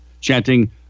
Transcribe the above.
Chanting